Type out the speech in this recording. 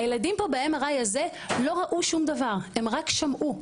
הילדים פה ב-MRI הזה לא ראו שום דבר, הם רק שמעו.